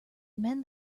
men